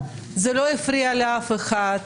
זה לא הפריע לאף אחד.